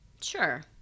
Sure